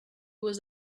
was